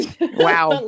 Wow